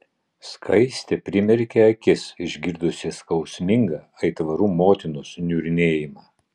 skaistė primerkė akis išgirdusi skausmingą aitvarų motinos niurnėjimą